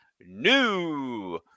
new